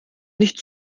nicht